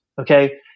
okay